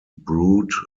brewed